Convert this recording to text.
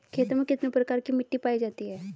खेतों में कितने प्रकार की मिटी पायी जाती हैं?